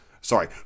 sorry